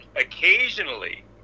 occasionally